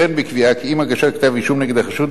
וכן בקביעה שעם הגשת כתב-האישום נגד החשוד,